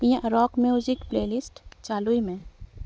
ᱤᱧᱟᱹᱜ rock music playlist ᱪᱟᱹᱞᱩᱭ ᱢᱮ